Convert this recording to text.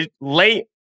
late